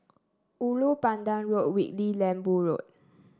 Ulu Pandan Road Whitley Lembu Road